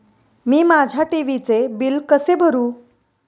मी माझ्या टी.व्ही चे बिल कसे भरू?